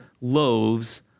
loaves